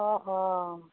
অঁ অঁ